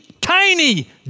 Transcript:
tiny